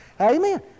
Amen